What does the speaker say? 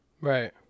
Right